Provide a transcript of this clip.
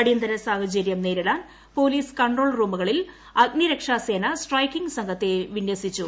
ആടിയന്തര സാഹചര്യം നേരിടാൻ police control റൂമുകളിൽ അഗ്നിരക്ഷാസേന സ്ട്രൈക്കിങ് സംഘത്തെ വിന്യസിച്ചു